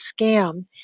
scam